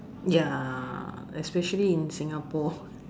ya especially in Singapore